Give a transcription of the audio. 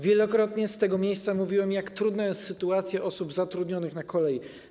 Wielokrotnie z tego miejsca mówiłem, jak trudna jest sytuacja osób zatrudnionych na kolei.